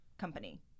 company